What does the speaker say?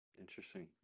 interesting